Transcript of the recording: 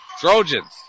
Trojans